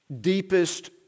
deepest